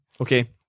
Okay